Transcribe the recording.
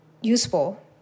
useful